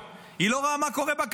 היא לא רואה מה קורה כל יום,